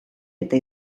eta